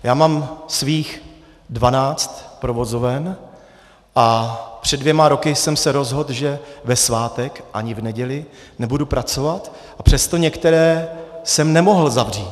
Já mám svých dvanáct provozoven a před dvěma roky jsem se rozhodl, že ve svátek a ani v neděli, nebudu pracovat, a přesto některé jsem nemohl zavřít.